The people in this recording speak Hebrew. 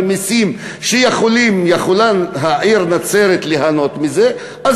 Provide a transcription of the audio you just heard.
ומסים שהעיר נצרת יכולה ליהנות מהם,